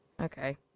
Okay